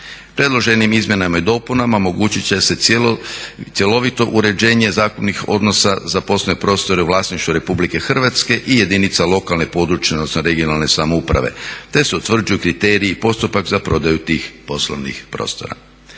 Predloženim izmjenama i dopunama omogućit će se cjelovito uređenje zakupnih odnosa za poslovne prostore u vlasništvu Republike Hrvatske i jedinica lokalne, područne odnosno regionalne samouprave te se utvrđuju kriteriji i postupak za prodaju tih poslovnih prostora.